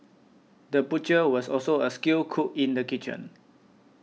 the butcher was also a skilled cook in the kitchen